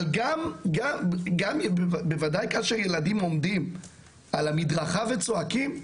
אבל גם בוודאי כאשר ילדים עומדים על המדרכה וצועקים,